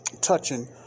touching